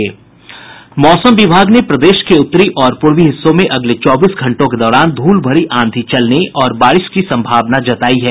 मौसम विभाग ने प्रदेश के उत्तरी और पूर्वी हिस्सों में अगले चौबीस घंटों के दौरान धूल भरी आंधी चलने और बारिश की संभावना जतायी है